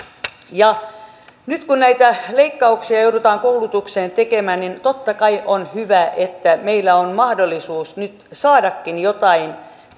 nyt kun näitä leikkauksia joudutaan koulutukseen tekemään niin totta kai on hyvä että meillä on mahdollisuus nyt saadakin jotain